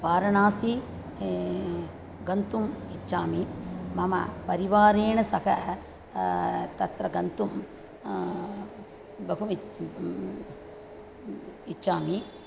वाराणसिं गन्तुम् इच्छामि मम परिवारेण सह तत्र गन्तुं बहु इच् इच्छामि